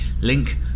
Link